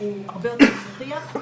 שכללו מעל 1,000,000 נשים ברחבי העולם